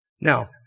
Now